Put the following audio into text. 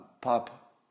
Pop